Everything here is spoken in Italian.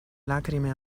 lacrime